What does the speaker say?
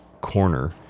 corner